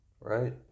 right